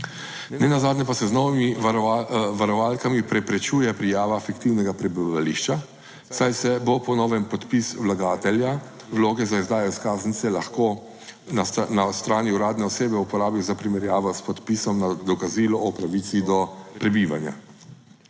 Nenazadnje pa se z novimi varovalkami preprečuje prijava fiktivnega prebivališča, saj se bo po novem podpis vlagatelja vloge za izdajo izkaznice lahko na strani uradne osebe uporabil za primerjavo s podpisom na(?) dokazilo o pravici do prebivanja.